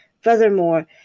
Furthermore